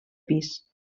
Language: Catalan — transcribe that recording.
pis